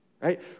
Right